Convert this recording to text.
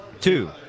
Two